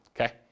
Okay